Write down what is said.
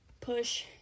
push